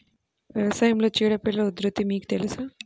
వ్యవసాయంలో చీడపీడల ఉధృతి మీకు తెలుసా?